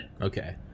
okay